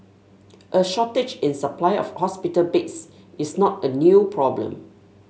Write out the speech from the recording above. a shortage in supply of hospital beds is not a new problem